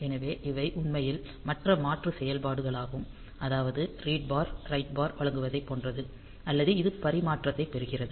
எனவே இவை உண்மையில் மற்ற மாற்று செயல்பாடுகளாகும் அதாவது ரீட் பார் ரைட் பார் வழங்குவதைப் போன்றது அல்லது இது பரிமாற்றத்தைப் பெறுகிறது